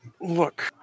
look